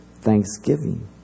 thanksgiving